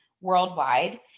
worldwide